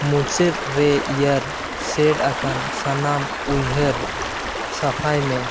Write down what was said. ᱢᱩᱪᱟᱹᱫ ᱨᱮ ᱤᱭᱟᱨ ᱥᱮᱴ ᱟᱠᱟᱱ ᱥᱟᱱᱟᱢ ᱩᱭᱦᱟᱹᱨ ᱥᱟᱯᱷᱟᱭ ᱢᱮ